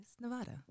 Nevada